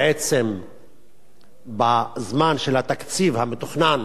בעצם בזמן של התקציב המתוכנן,